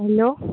hello